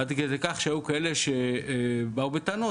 עד כדי כך שהיו כאלה שבאו בטענות